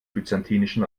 byzantinischen